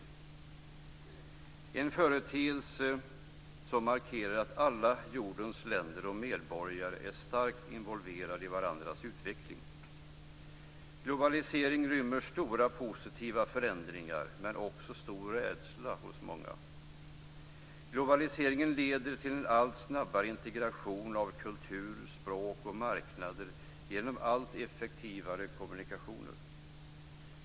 Det är en företeelse som markerar att alla jordens länder och medborgare är starkt involverade i varandras utveckling. Globaliseringen rymmer stora positiva förväntningar, men också stor rädsla hos många. Globaliseringen leder till en allt snabbare integration av kultur, språk och marknader genom allt effektivare kommunikationer.